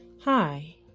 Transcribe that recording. Hi